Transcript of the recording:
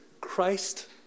Christ